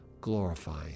glorifying